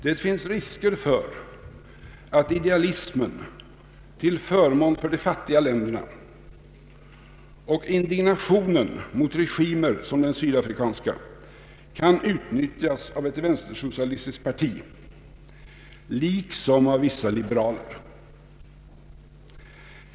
Det finns risker för att idealismen till förmån för de fattiga länderna och indignationen mot regimer som den sydafrikanska kan utnyttjas av ett vänstersocialistiskt parti, liksom av vissa liberaler.